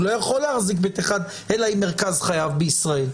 הוא לא יכול להחזיק ב1, אלא אם מרכז חייו בישראל.